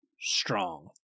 strong